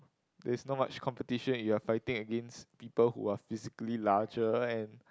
there is not much competition and you're fighting against people who are physically larger and